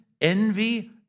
envy